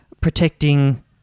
protecting